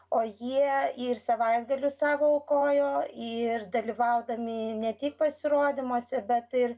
o jie ir savaitgalius savo aukojo ir dalyvaudami ne tik pasirodymuose bet ir